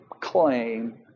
claim